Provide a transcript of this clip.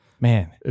Man